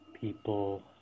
people